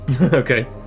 okay